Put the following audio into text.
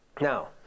Now